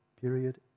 period